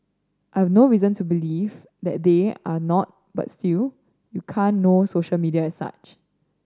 I've no reason to believe that they are not but still you can't know social media as such